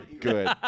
Good